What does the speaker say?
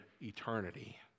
eternity